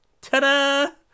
ta-da